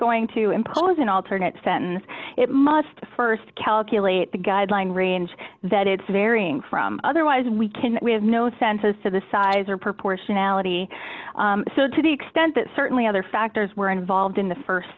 going to impose an alternate sentence it must st calculate the guideline range that it's varying from otherwise we can we have no sense as to the size or proportionality so to the extent that certainly other factors were involved in the